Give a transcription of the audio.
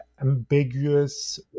ambiguous